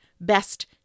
best